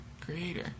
Creator